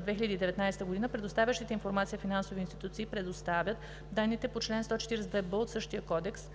2019 г. предоставящите информация финансови институции предоставят данните по чл. 142б от същия кодекс